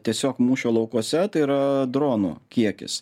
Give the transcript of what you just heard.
tiesiog mūšio laukuose tai yra dronų kiekis